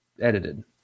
edited